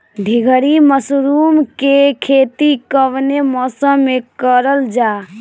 ढीघरी मशरूम के खेती कवने मौसम में करल जा?